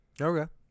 okay